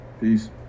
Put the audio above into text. Peace